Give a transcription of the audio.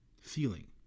feeling